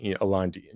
aligned